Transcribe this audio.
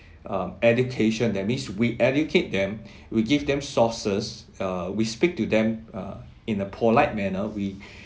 uh education that means we educate them we give them sources err we speak to them uh in a polite manner we